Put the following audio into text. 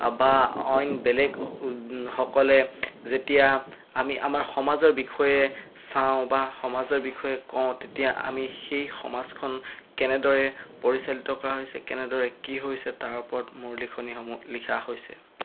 বা অইন বেলেগ সকলে যেতিয়া আমি আমাৰ সমাজৰ বিষয়ে চাওঁ বা সমাজৰ বিষয়ে কওঁ তেতিয়া আমি সেই সমাজখন কেনেদৰে পৰিচালিত কৰা হৈছে কেনেদৰে কি হৈছে তাৰ ওপৰত মোৰ লিখনিসমূহ লিখা হৈছে